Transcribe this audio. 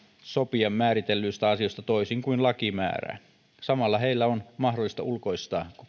sopia määritellyistä asioista toisin kuin laki määrää samalla heidän on mahdollista ulkoistaa